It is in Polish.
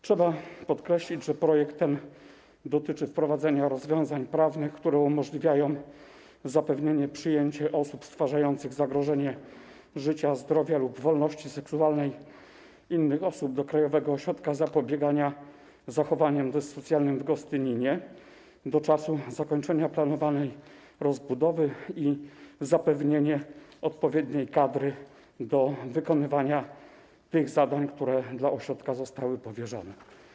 Trzeba podkreślić, że projekt ten dotyczy wprowadzenia rozwiązań prawnych, które umożliwiają zapewnienie przyjęcia osób stwarzających zagrożenie życia, zdrowia lub wolności seksualnej innych osób do Krajowego Ośrodka Zapobiegania Zachowaniom Dyssocjalnym w Gostyninie do czasu zakończenia planowanej rozbudowy i zapewnienie odpowiedniej kadry do wykonywania tych zadań, które ośrodkowi zostały powierzone.